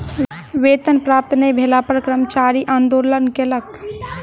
वेतन प्राप्त नै भेला पर कर्मचारी आंदोलन कयलक